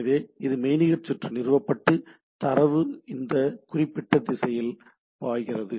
எனவே ஒரு மெய்நிகர் சுற்று நிறுவப்பட்டு தரவு இந்த குறிப்பிட்ட திசையில் பாய்கிறது